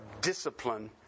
discipline